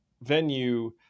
venue